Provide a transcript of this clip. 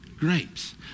grapes